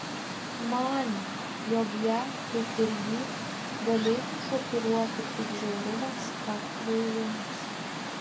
manė jog ją kaip ir jį galėtų šokiruoti tik žiaurumas ar kvailumas